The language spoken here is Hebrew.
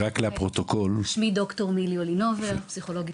דוקטור מילי אולינובר.